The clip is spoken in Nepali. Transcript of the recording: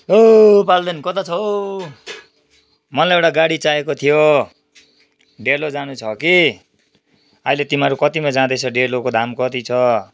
हौ पाल्देन कता छ हौ मलाई एउटा गाडी चाहिएको थियो डेलो जानु छ कि अहिले तिमीहरू कतिमा जाँदैछौ डेलोको दाम कति छ